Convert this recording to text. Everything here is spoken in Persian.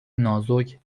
نازک